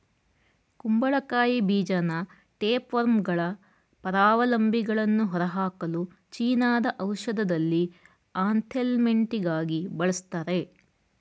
ಕುಂಬಳಕಾಯಿ ಬೀಜನ ಟೇಪ್ವರ್ಮ್ಗಳ ಪರಾವಲಂಬಿಗಳನ್ನು ಹೊರಹಾಕಲು ಚೀನಾದ ಔಷಧದಲ್ಲಿ ಆಂಥೆಲ್ಮಿಂಟಿಕಾಗಿ ಬಳಸ್ತಾರೆ